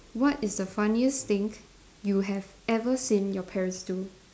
what is the funniest thing you have ever seen your parents do